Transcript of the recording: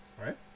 Right